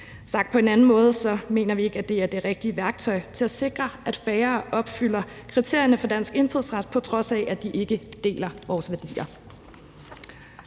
Sagt på en anden måde mener vi ikke, at det er det rigtige værktøj til at sikre, at færre opfylder kriterierne for dansk indfødsret, på trods af at de ikke deler vores værdier.